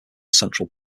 central